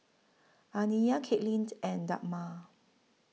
Aniyah Katelyn and Dagmar